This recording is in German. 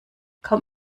kaum